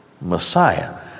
Messiah